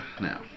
Now